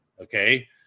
okay